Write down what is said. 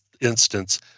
instance